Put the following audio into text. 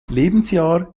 lebensjahr